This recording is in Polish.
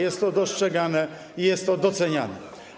Jest to dostrzegane i jest to doceniane.